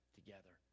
together